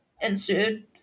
ensued